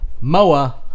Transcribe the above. Moa